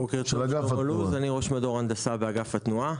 בוקר טוב, אני ראש מדור הנדסה באגף התנועה,